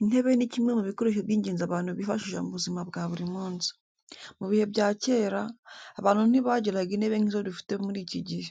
Intebe ni kimwe mu bikoresho by’ingenzi abantu bifashisha mu buzima bwa buri munsi. Mu bihe bya kera, abantu ntibagiraga intebe nk’izo dufite muri iki gihe.